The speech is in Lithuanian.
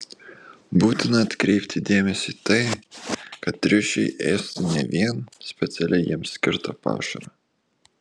būtina atkreipti dėmesį į tai kad triušiai ėstų ne vien specialiai jiems skirtą pašarą